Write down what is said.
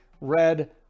red